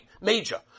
major